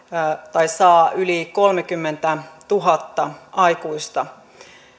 saa yli kolmekymmentätuhatta aikuista